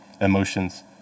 emotions